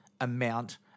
amount